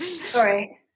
Sorry